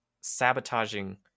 sabotaging